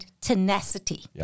tenacity